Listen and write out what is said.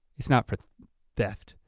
it's not for theft.